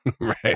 Right